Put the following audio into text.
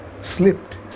slipped